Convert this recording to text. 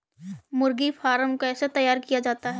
मुर्गी फार्म कैसे तैयार किया जाता है?